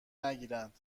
نگیرند